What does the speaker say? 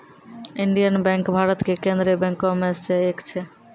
Indian bank Bharat के केन्द्रीय बैंको मे से एक छै